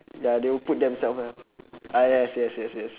ya they will put themself ah ah yes yes yes